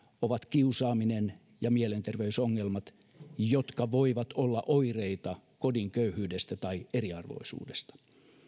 ovat kiusaaminen ja mielenterveysongelmat jotka voivat olla oireita kodin köyhyydestä tai eriarvoisuudesta